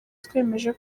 twemeje